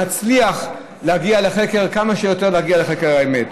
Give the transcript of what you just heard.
נצליח להגיע כמה שיותר להגיע לחקר האמת.